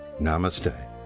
namaste